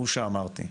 הוא שאמרתי.